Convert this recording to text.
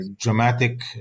dramatic